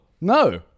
No